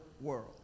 world